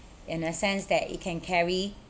in a sense that it can carry